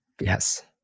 yes